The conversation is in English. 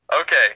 okay